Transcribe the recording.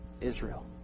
Israel